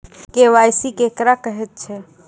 KYC केकरा कहैत छै?